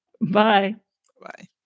Bye-bye